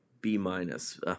B-minus